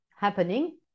happening